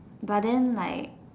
but then like